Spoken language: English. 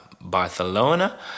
Barcelona